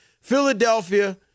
Philadelphia